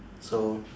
so